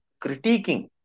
critiquing